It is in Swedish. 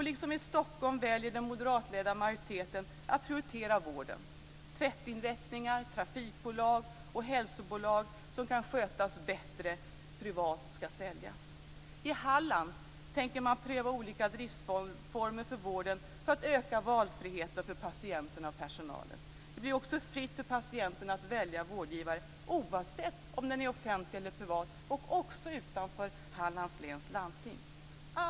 Liksom i Stockholm väljer den moderatledda majoriteten att prioritera vården. Tvättinrättningar, trafikbolag och hälsobolag som kan skötas bättre privat skall säljas. I Halland tänker man pröva olika driftsformer för vården för att öka valfriheten för patienter och personal. Det blir också fritt för patienten att välja vårdgivare oavsett om den är offentlig eller privat och också utanför Hallands läns landsting.